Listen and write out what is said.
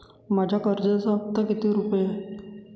माझ्या कर्जाचा हफ्ता किती रुपये आहे?